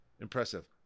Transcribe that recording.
impressive